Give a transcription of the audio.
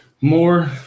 more